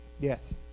Yes